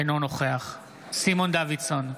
אינו נוכח סימון דוידסון,